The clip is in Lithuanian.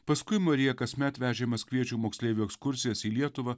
paskui marija kasmet vežė maskviečių moksleivių ekskursijas į lietuvą